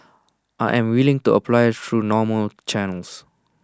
I'm willing to apply through normal channels